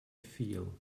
feel